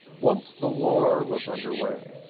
once the war was underway,